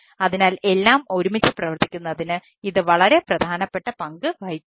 അതിനാൽ എല്ലാം ഒരുമിച്ച് പ്രവർത്തിക്കുന്നതിന് ഇത് വളരെ പ്രധാനപ്പെട്ട പങ്ക് വഹിക്കുന്നു